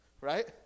Right